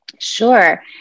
Sure